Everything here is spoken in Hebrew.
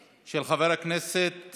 של חבר הכנסת